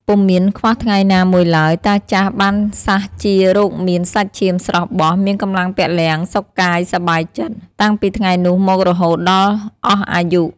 ពុំមានខ្វះថ្ងៃណាមួយឡើយ តាចាស់បានសះជារោគមាន សាច់ឈាមស្រស់បស់ មានកម្លាំងពលំ សុខកាយសប្បាយចិត្ត តាំងពីថ្ងៃនោះមករហូត ដល់អស់អាយុ ។